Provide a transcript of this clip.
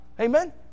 Amen